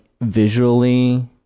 visually